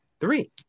three